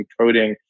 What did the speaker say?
encoding